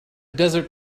desert